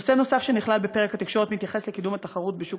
נושא נוסף שנכלל בפרק התקשורת מתייחס לקידום התחרות בשוק